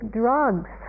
drugs